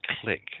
click